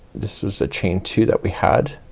this is a chain two that we had.